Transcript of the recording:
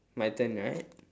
my turn right